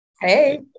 Hey